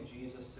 Jesus